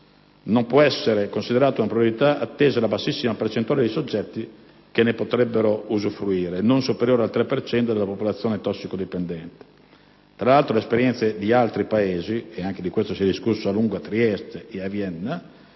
non può essere considerata una priorità, attesa la bassissima percentuale di soggetti che ne potrebbero usufruire (non superiore al 3 per cento della popolazione tossicodipendente). Tra l'altro, le esperienze di altri Paesi (e anche di questo si è discusso a lungo a Trieste e a Vienna),